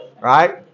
right